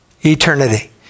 eternity